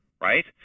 right